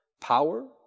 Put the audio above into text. power